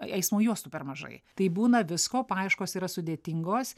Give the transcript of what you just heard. eismo juostų per mažai tai būna visko paieškos yra sudėtingos